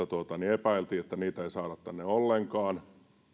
epäiltiin että heitä ei saada tänne ollenkaan